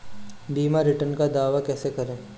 बीमा रिटर्न का दावा कैसे करें?